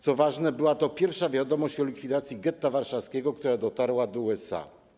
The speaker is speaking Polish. Co ważne, była to pierwsza wiadomość o likwidacji getta warszawskiego, która dotarła do USA.